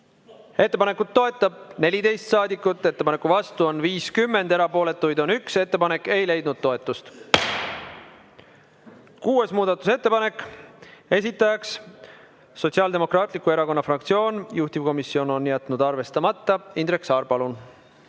Ettepanekut toetab 14 saadikut, ettepaneku vastu on 50, erapooletuid on 1. Ettepanek ei leidnud toetust. Kuues muudatusettepanek, esitajaks Sotsiaaldemokraatliku Erakonna fraktsioon, juhtivkomisjon on jätnud arvestamata. Indrek Saar, palun!